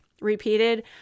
Repeated